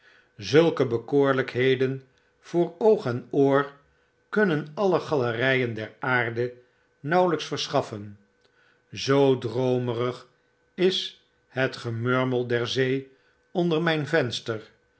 zulke bekoorlpheden voor oog en oor kunnen alle galerpn der aarde nauwelps verschaffen zoo droomerig is het gemurmel der zee onder mijn venster